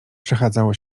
przechadzało